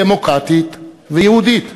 דמוקרטית ויהודית,